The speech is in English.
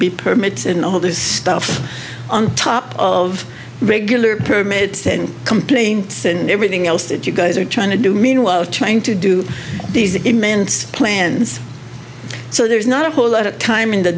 be permits and all this stuff on top of regular permits and complaints and everything else that you guys are trying to do meanwhile trying to do these plans so there's not a whole lot of time in the